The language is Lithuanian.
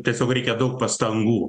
tiesiog reikia daug pastangų